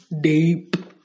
deep